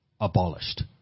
abolished